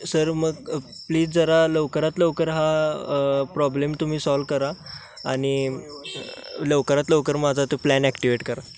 sir मग please जरा लवकरात लवकर हा प्रॉब्लेम तुम्ही सॉल्व्ह करा आणि लवकरात लवकर माझा तो प्लॅन ॲक्टिवेट करा